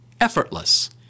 effortless